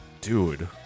Dude